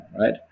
Right